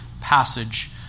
passage